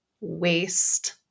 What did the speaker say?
waste